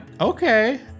Okay